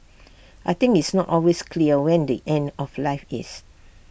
I think it's not always clear when the end of life is